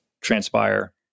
transpire